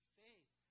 faith